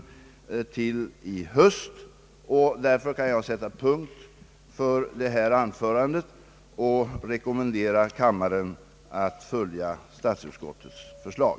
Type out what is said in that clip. Vi har bättre förutsättningar att diskutera dessa frågor, när de får ett mera konkret innehåll. Därför kan jag, herr talman, sätta punkt för detta anförande och rekommendera kammaren att bifalla statsutskottets förslag.